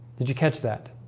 did you catch that